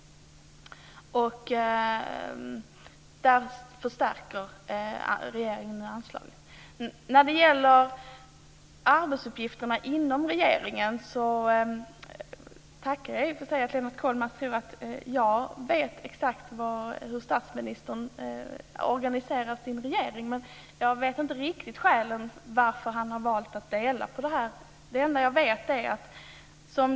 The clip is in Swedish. Där förstärker regeringen anslaget. När det gäller arbetsuppgifterna inom regeringen tackar jag i och för sig för att Lennart Kollmats tror att jag vet exakt hur statsministern organiserar sin regering, men jag vet inte riktigt skälen till att han har valt att dela på detta.